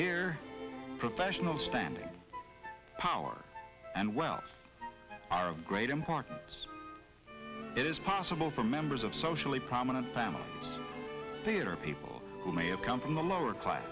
here professional standing power and wealth are of great importance it is possible for members of socially prominent family theater people who may have come from the lower class